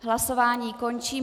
Hlasování končím.